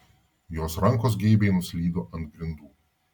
jos rankos geibiai nuslydo ant grindų